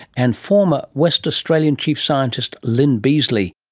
and former west australian chief scientist lyn beazley